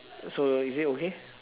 uh so is it okay